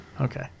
Okay